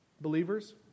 Believers